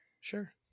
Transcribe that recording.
Sure